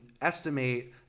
estimate